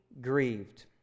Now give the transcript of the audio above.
grieved